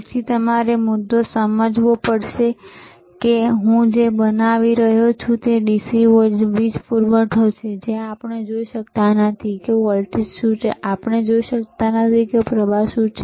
તેથી તમારે તે મુદ્દો સમજવો પડશે જે હું બનાવી રહ્યો છું આ DC વીજ પૂરવઠો છે જ્યાં આપણે જોઈ શકતા નથી કે વોલ્ટેજ શું છે આપણે જોઈ શકતા નથી કે પ્રવાહ શું છે